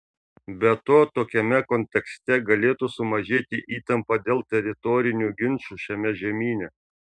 be to tokiame kontekste galėtų sumažėti įtampa dėl teritorinių ginčų šiame žemyne